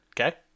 Okay